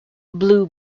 blue